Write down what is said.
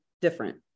different